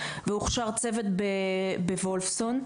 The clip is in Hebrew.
והוכשר צוות בוולפסון.